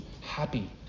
happy